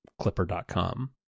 clipper.com